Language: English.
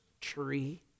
tree